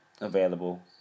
available